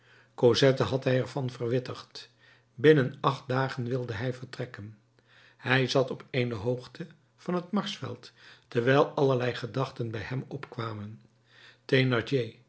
cosette had hij ervan verwittigd binnen acht dagen wilde hij vertrekken hij zat op eene hoogte van het marsveld terwijl allerlei gedachten bij hem opkwamen